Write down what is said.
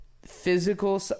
Physical